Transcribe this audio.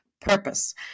purpose